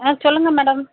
ஆ சொல்லுங்கள் மேடம்